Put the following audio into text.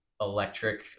electric